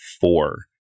four